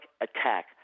attack